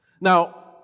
Now